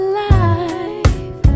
life